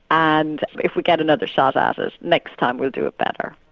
and if we get another shot at it, next time we'll do it better.